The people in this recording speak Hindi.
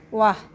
वाह